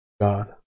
God